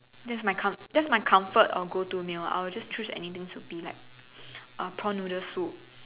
that's my com~ that's my comfort or go to meal I'll just choose anything soupy like uh prawn noodle soup